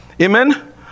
Amen